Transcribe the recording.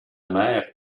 mer